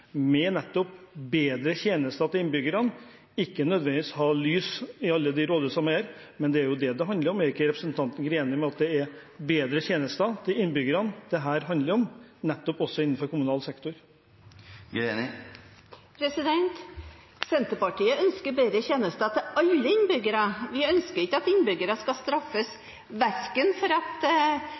med bedre tjenester til innbyggerne, ikke nødvendigvis å ha lys i alle rådhusene? Det er jo det det handler om. Er ikke representanten Greni enig i at det er bedre tjenester til innbyggerne dette handler om – nettopp innenfor kommunal sektor? Senterpartiet ønsker bedre tjenester til alle innbyggere, vi ønsker ikke at innbyggere skal straffes verken for at